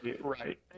Right